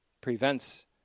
prevents